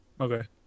Okay